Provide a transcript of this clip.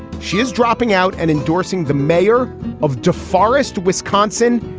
she is dropping out and endorsing the mayor of deforest, wisconsin,